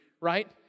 Right